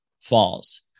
falls